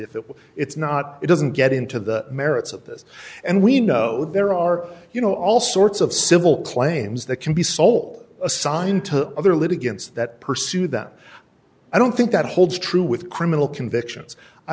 forward if it's not it doesn't get into the merits of this and we know there are you know all sorts of civil claims that can be sold assigned to other litigants that pursue that i don't think that holds true with criminal convictions i